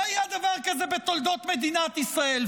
לא היה דבר כזה בתולדות מדינת ישראל,